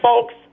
folks